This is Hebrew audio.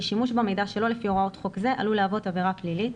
שימוש במידע שלא לפי הוראות חוק זה עלול להוות עבירה פלילית.